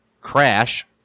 crash